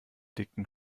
dicken